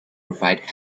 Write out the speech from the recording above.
provide